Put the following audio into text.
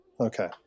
Okay